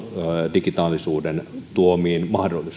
digitaalisuuden tuomiin